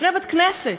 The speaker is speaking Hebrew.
לפני בית-כנסת,